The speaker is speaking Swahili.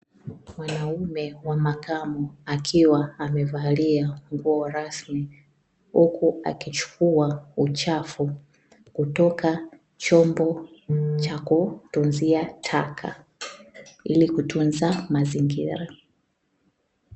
Mwanaume wa makamo akiwa amevalia nguo rasmi huku akichukua uchafu kutoka chomba cha kutunzia taka, ili kutunza mazingira.